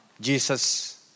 Jesus